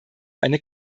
eine